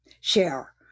share